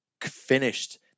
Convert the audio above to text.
finished